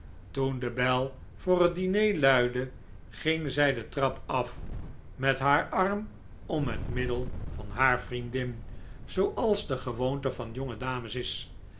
de bel voor het diner luidde ging zij de trap af met haar arm om het middel van haar vriendin zooals de gewoonte van jonge dames is